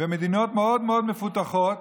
מדינות מאוד מאוד מפותחות